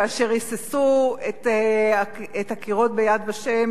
כאשר ריססו את הקירות ב"יד ושם"